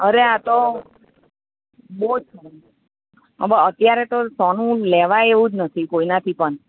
અરે આ તો બહુ જ હવે અત્યારે તો સોનુ લેવાય એવું જ નથી કોઈનાથી પણ